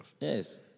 Yes